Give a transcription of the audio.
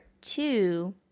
two